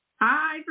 Hi